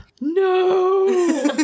No